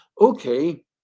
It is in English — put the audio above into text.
okay